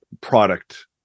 product